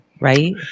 right